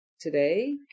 today